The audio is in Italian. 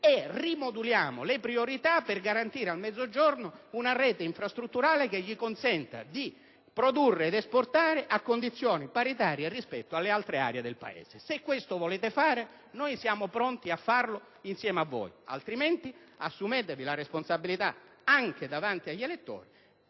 e rimodulare le priorità per garantire al Mezzogiorno una rete infrastrutturale che gli consenta di produrre ed esportare a condizioni paritarie rispetto alle altre aree del Paese. Se volete fare questo, siamo pronti a farlo insieme a voi, altrimenti assumetevi la responsabilità davanti agli elettori